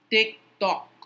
TikTok